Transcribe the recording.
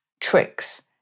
tricks